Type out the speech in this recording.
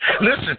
Listen